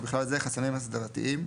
ובכלל זה חסמים אסדרתיים,